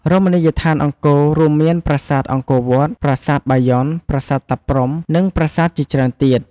រមណីយដ្ឋានអង្គរ រួមមានប្រាសាទអង្គរវត្ត ប្រាសាទបាយ័ន ប្រាសាទតាព្រហ្ម និងប្រាសាទជាច្រើនទៀត។